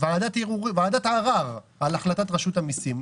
ועדת ערר על החלטת רשות המיסים?